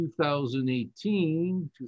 2018